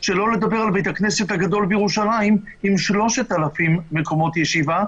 שלא לדבר על בית הכנסת הגדול בירושלים עם 3,000 מקומות ישיבה,